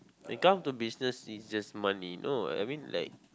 when come to business it's just money no I mean like